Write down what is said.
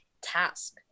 task